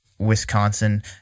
Wisconsin